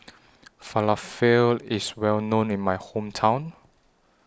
Falafel IS Well known in My Hometown